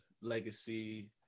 legacy